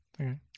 Okay